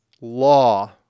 law